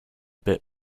bit